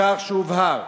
כך שיובהר